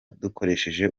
dukoresheje